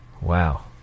wow